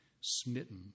smitten